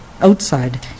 outside